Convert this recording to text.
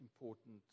important